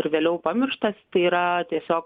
ir vėliau pamirštas tai yra tiesiog